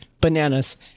bananas